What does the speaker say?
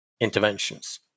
interventions